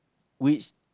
which